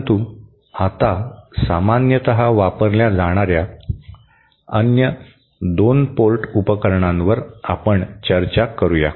परंतु आता सामान्यत वापरल्या जाणाऱ्या अन्य 2 पोर्ट उपकरणांवर आपण चर्चा करूया